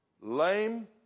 lame